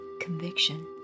conviction